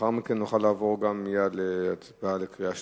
לאחר מכן נוכל לעבור מייד להצבעה בקריאה שלישית.